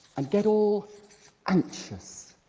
and get all anxious,